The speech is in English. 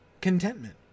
contentment